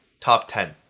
top ten.